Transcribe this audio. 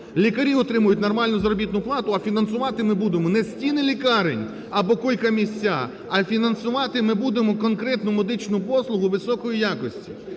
лікарі отримають нормальну заробітну плату, а фінансувати ми будемо не стіни лікарень або койко-місця, а фінансувати ми будемо конкретну медичну послугу високої якості.